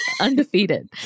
undefeated